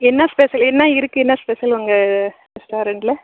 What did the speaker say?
என்ன ஸ்பெசல் என்ன இருக்குது என்ன ஸ்பெசல் உங்கள் ரெஸ்டாரண்ட்டில்